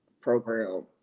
program